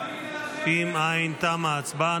אם אין, תמה ההצבעה.